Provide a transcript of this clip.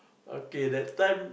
okay that time